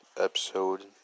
episode